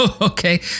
Okay